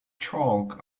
chalk